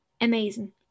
amazing